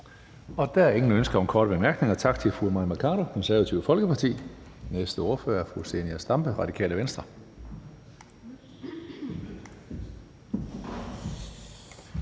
Der er ingen ønsker om korte bemærkninger. Tak til fru Mai Mercado, Det Konservative Folkeparti. Næste ordfører er fru Zenia Stampe, Radikale Venstre.